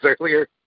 earlier